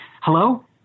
hello